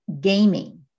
gaming